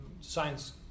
science